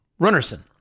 Runnerson